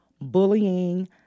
bullying